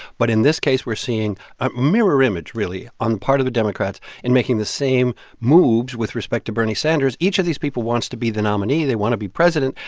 but in this case, we're seeing a mirror image, really, on part of the democrats in making the same moves with respect to bernie sanders. each of these people wants to be the nominee. they want to be president.